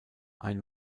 ein